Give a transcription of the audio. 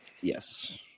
Yes